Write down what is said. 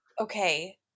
okay